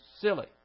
silly